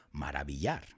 maravillar